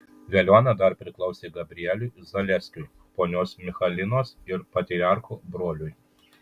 veliuona dar priklausė gabrieliui zaleskiui ponios michalinos ir patriarcho broliui